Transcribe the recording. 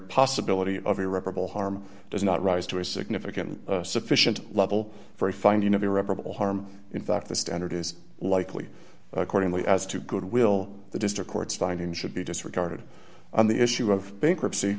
possibility of irreparable harm does not rise to a significant sufficient level for a finding of irreparable harm in fact the standard is likely accordingly as to good will the district court's findings should be disregarded on the issue of bankruptcy